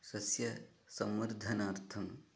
सस्य संवर्धनार्थम्